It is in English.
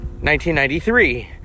1993